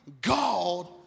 God